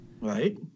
Right